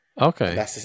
Okay